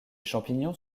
champignons